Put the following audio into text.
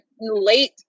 late